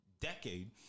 decade